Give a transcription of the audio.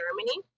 Germany